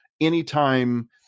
Anytime